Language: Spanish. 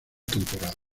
temporadas